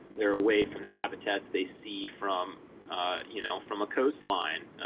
they are away from the habitats they see from you know from a coastline.